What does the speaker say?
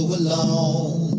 alone